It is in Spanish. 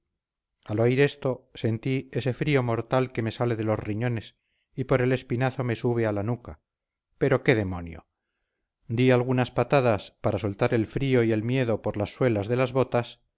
al oír esto sentí ese frío mortal que me sale de los riñones y por el espinazo me sube a la nuca pero qué demonio di algunas patadas para soltar el frío y el miedo por las suelas de las botas